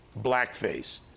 blackface